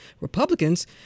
Republicans